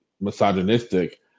misogynistic